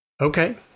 Okay